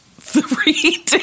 three